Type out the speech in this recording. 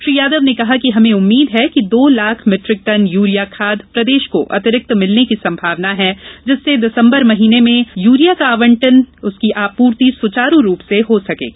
श्री यादव ने कहा कि हमे उम्मीद है कि दो लाख मीट्रिक टन यूरिया प्रदेश को अतिरिक्त मिलने की संभावना है जिससे दिसंबर माह में यूरिया का आवंटन की आपूर्ति सुचारू रूप से हो सकेगी